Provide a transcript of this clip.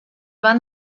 van